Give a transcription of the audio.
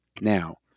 Now